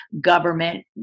government